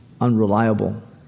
unreliable